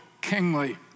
kingly